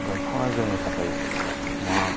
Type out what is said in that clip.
दंफाङा जोंनि थाखाय मा